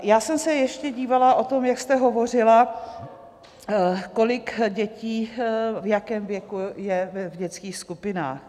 Já jsem se ještě dívala o tom, jak jste hovořila, kolik dětí, v jakém věku je v dětských skupinách.